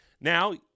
Now